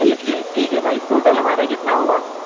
چلیے ٹھیک ہے بھائی ٹوٹل ہمارا کتنا ہوا